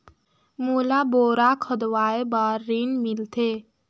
मोला बोरा खोदवाय बार ऋण मिलथे?